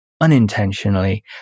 unintentionally